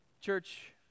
Church